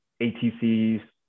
ATCs